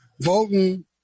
voting